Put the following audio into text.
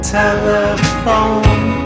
telephone